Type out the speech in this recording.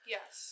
Yes